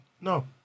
No